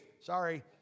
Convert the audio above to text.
Sorry